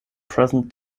present